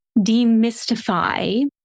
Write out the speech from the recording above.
demystify